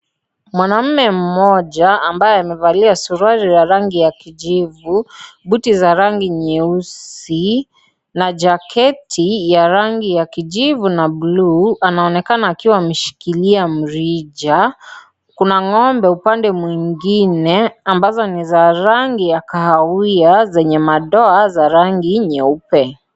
Mwanaume mmoja ambaye amevalia suruali la rangi ya kijivu, buti za rangi nyeusi, na jaketi ya rangi ya kijivu na bluu anaonekana akiwa ameshikilia mrija. Kuna ng'ombe upande mwingine ambazo ni za rangi ya kahawia zenye madoa za rangi nyeupe.